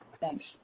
Thanks